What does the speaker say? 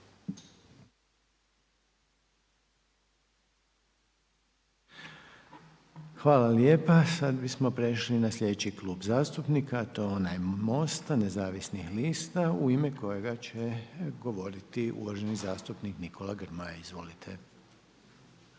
Hvala lijepa. Sada bismo prešli na sljedeći klub zastupnika, to je onaj MOST-a Nezavisnih lista u ime kojega će govoriti uvaženi zastupnik Nikola Grmoja. Izvolite.